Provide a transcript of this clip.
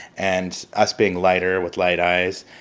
and us being lighter with light eyes,